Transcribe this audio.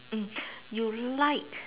mm you like